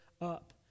up